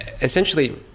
essentially